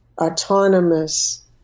autonomous